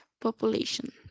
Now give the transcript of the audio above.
population